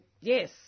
yes